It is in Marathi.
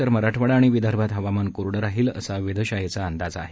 तर मराठवाडा आणि विदर्भात हवामान कोरडं राहील असा वेधशाळेचा अंदाज आहे